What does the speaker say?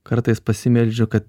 kartais pasimeldžiu kad